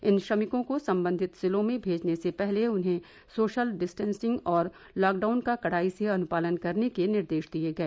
इन श्रमिकों को संबंधित जिलों में भेजने से पहले उन्हें सोशल डिस्टॅसिंग और लॉकडाउन का कड़ाई से अनुपालन करने के निर्देश दिए गए